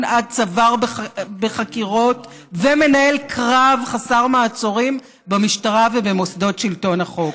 עד צוואר בחקירות ומנהל קרב חסר מעצורים במשטרה ובמוסדות שלטון החוק.